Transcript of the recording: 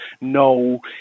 no